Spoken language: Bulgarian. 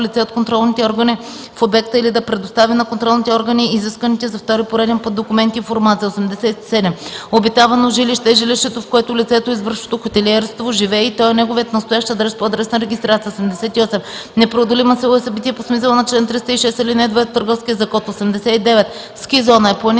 лице от контролните органи в обекта или да предостави на контролните органи изисканите за втори пореден път документи и информация. 87. „Обитавано жилище” е жилището, в което лицето, извършващо хотелиерство, живее и то е неговият настоящ адрес по адресна регистрация. 88. „Непреодолима сила” е събитие по смисъла на чл. 306, ал. 2 от Търговския закон. 89. „Ски зона” е планинска